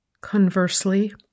conversely